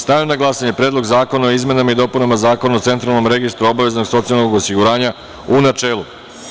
Stavljam na glasanje Predlog zakona o izmenama i dopunama Zakona o Centralnom registru obaveznog socijalnog osiguranja, u načelu.